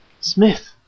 Smith